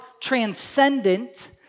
transcendent